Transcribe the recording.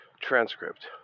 transcript